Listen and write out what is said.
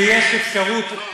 ויש אפשרות,